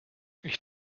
ich